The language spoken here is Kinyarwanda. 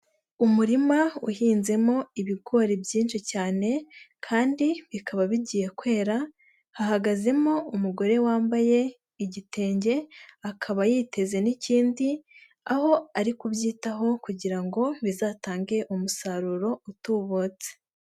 Umurima uhinzemo ibigori byinshi cyane kandi bikaba bigiye kwera hahagazemo umugore wambaye igitenge, akaba yiteze n'ikindi aho ari kubyitaho kugira ngo bizatange umusaruro utubutse.